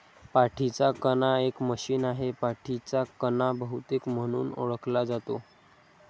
पाठीचा कणा एक मशीन आहे, पाठीचा कणा बहुतेक म्हणून ओळखला जातो